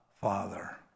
Father